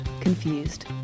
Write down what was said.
Confused